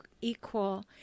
equal